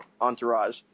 entourage